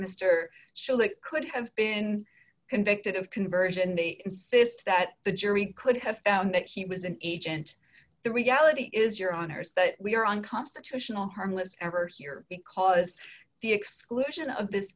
sheldrake could have been convicted of conversion and they insist that the jury could have found that he was an agent the reality is your honour's that we are unconstitutional harmless ever here because the exclusion of this